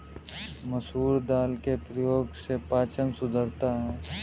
मसूर दाल के प्रयोग से पाचन सुधरता है